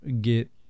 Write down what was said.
get